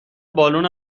بالون